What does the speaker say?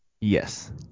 Yes